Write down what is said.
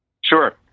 Sure